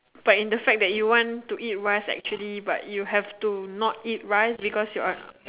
but in the fact that you want to eat rice actually but you have to not eat rice because you are